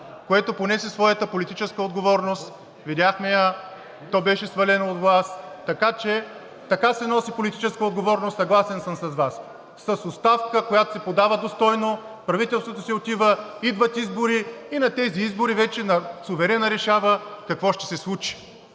което понесе своята политическа отговорност – видяхме я, то беше свалено от власт. Така се носи политическа отговорност, съгласен съм с Вас, с оставка, която се подава достойно, правителството си отива, идват избори и на тези избори суверенът решава какво ще се случи.